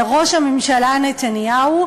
וראש הממשלה נתניהו,